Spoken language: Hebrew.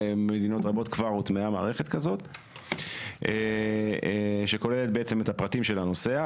במדינות רבות כבר הוטמעה מערכת כזאת שכוללת את הפרטים של הנוסע,